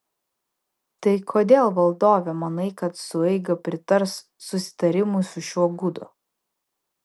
tai kodėl valdove manai kad sueiga pritars susitarimui su šiuo gudu